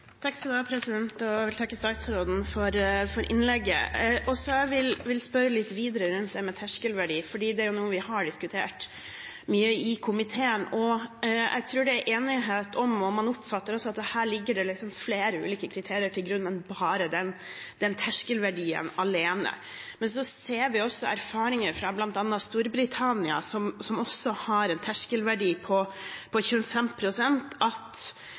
vil takke statsråden for innlegget hennes. Også jeg vil spørre litt mer om dette med terskelverdi, for det er noe vi har diskutert mye i komiteen. Jeg tror det er enighet og en oppfatning om at det ligger flere ulike kriterier til grunn enn bare terskelverdien. Men det er erfaringer fra bl.a. Storbritannia, som også har en terskelverdi på 25 pst., og de erfaringene kan i hvert fall tyde på at